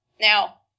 Now